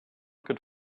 could